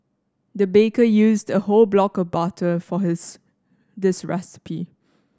the baker used a whole block of butter for his this recipe